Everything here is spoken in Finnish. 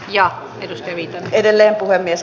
ja tietysti edelleen puhemies